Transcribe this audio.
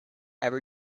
ever